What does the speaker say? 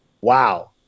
wow